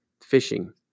fishing